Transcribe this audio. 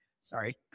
sorry